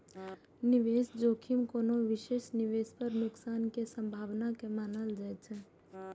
निवेश जोखिम कोनो विशेष निवेश पर नुकसान के संभावना के मानल जाइ छै